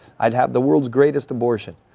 i'd have the world's greatest abortion.